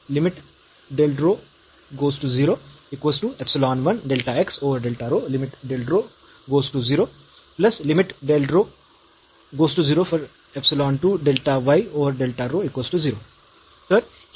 तर ही term delta x पेक्षा नक्कीच मोठी आहे